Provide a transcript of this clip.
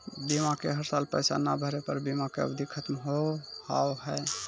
बीमा के हर साल पैसा ना भरे पर बीमा के अवधि खत्म हो हाव हाय?